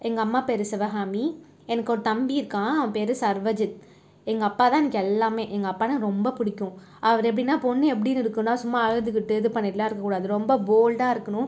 எங்கள் அம்மா பேர் சிவகாமி எனக்கு ஒரு தம்பி இருக்கான் அவன் பேர் சர்வஜித் எங்கள் அப்பாதான் எனக்கு எல்லாமே எங்கள் அப்பா தான் எனக்கு ரொம்ப பிடிக்கும் அவர் எப்படின்னா பொண்ணு எப்படி இருக்கும்னா சும்மா அழுதுகிட்டு இது பண்ணிக்கிட்டெலாம் இருக்கக்கூடாது ரொம்ப போல்டாக இருக்கணும்